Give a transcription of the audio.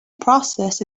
process